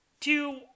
Two